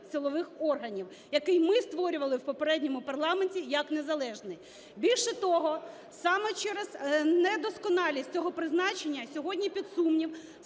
силових органів, який ми створювали в попередньому парламенті як незалежний. Більше того, саме через недосконалість цього призначення сьогодні під сумнів